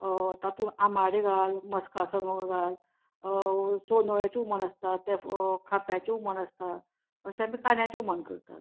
तातूंत आंबाडे घाल मस्का सांगों घाल सोनोळ्याचें हुमण आसता ते खाप्याचें हुमण आसता अशें आमी कांद्याचें हुमण करतात